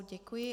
Děkuji.